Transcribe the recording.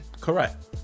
Correct